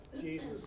Jesus